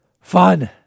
fun